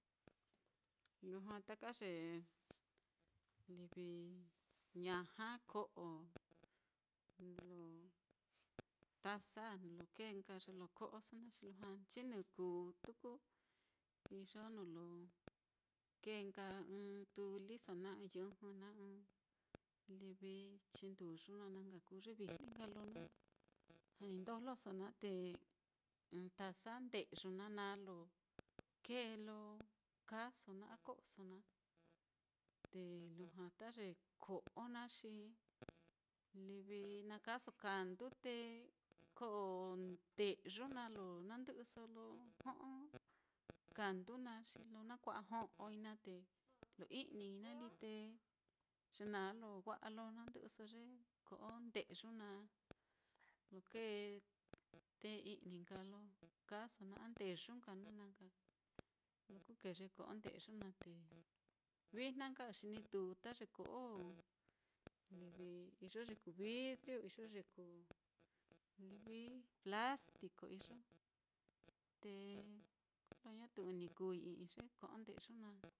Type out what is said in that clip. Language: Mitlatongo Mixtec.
Lujua taka ye livi ñaja, ko'o, nuu lo taza nuu lo kee nka ye lo ko'oso naá, xi lujua nchinɨ kuu tuku, iyo nuu lo kee nka ɨ́ɨ́n tuliso naá, ɨ́ɨ́n yɨjɨ naá, ɨ́ɨ́n livi chinduyu naá, na nka kuu ye vijli nka lo na janindojloso naá, te ɨ́ɨ́n taza nde'yu naá na lo kee lo kaaso naá a ko'oso naá, te lujua ta ye ko'o naá xi livi na kaaso kandu te ko'o nde'yu naá lo nandɨ'ɨso lo jo'o kandu naá, xi lo na kua'a jo'oi naá te lo i'nii naá lí, te ye naá lo wa'a lo nandɨ'ɨso ye ko'o nde'yu naá, lo kee té i'ni nka lo kaaso naá, a ndeyu nka naá, lo ku kee ye ko'o nde'yu naá, te vijna nka á xi ni tūū ta ye ko'o, livi iyo ye kuu vidriu, iyo ye kuu plastico iyo, te kolo ñatu ɨ́ɨ́n ni kuu i'i ye ko'o nde'yu naá.